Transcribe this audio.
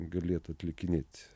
galėtų atlikinėt